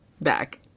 back